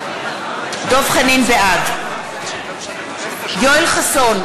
בעד יואל חסון,